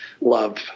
love